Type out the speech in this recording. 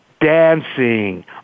dancing